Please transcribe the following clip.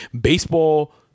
baseball